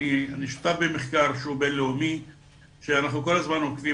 אני שותף במחקר שהוא בין-לאומי ואנחנו כל הזמן עוקבים